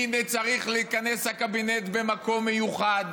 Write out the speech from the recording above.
הינה, צריך להתכנס הקבינט במקום מיוחד